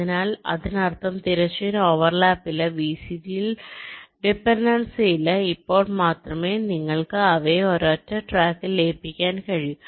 അതിനാൽ അതിനർത്ഥം തിരശ്ചീന ഓവർ ലാപ്പില്ല വിസിജിയിൽ ഡിപൻഡൻസി ഇല്ല അപ്പോൾ മാത്രമേ നിങ്ങൾക്ക് അവയെ ഒരൊറ്റ ട്രാക്കിൽ ലയിപ്പിക്കാൻ കഴിയൂ